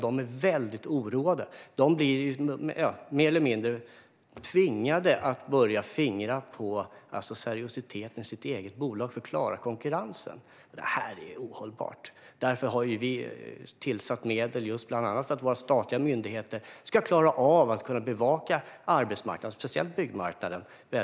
De är väldigt oroade. De blir mer eller mindre tvingade att börja fingra på seriositeten i sitt eget bolag för att klara konkurrensen. Det är ohållbart. Därför har vi tillsatt medel bland annat för att våra statliga myndigheter ska klara av att bevaka arbetsmarknaden, speciellt byggmarknaden.